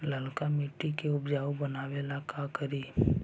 लालका मिट्टियां के उपजाऊ बनावे ला का करी?